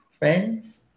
Friends